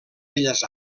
belles